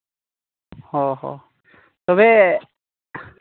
ᱦᱚᱸ ᱦᱚᱸ ᱛᱚᱵᱮ